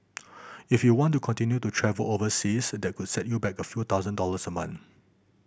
if you want to continue to travel overseas that could set you back by a few thousand dollars a month